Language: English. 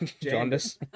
Jaundice